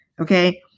Okay